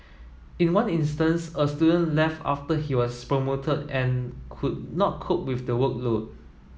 in one instance a student left after he was promoted and could not cope with the workload